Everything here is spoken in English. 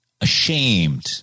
ashamed